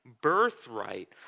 Birthright